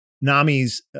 Nami's